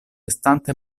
estante